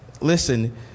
Listen